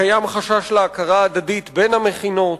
וקיים חשש להכרה הדדית בין המכינות.